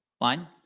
line